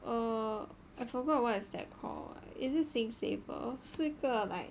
err I forgot what is that called is it SingSaver err 是一个 like